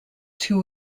two